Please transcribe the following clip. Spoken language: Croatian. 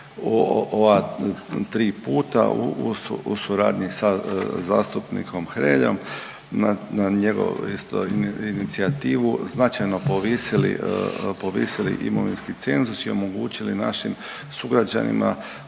3 puta u suradnji sa zastupnikom Hreljom na njegovo isto inicijativu značajno povisili imovinski cenzus i omogućili našim sugrađanima